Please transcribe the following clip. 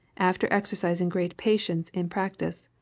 after exercising great patience in practice.